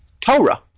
Torah